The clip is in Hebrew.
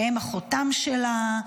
שהן החותם שלה.